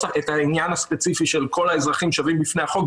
העניין הספציפי של כל האזרחים שווים בפני החוק,